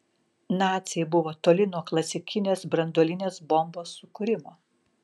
naciai buvo toli nuo klasikinės branduolinės bombos sukūrimo